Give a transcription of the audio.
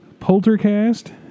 Poltercast